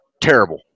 Terrible